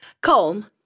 Calm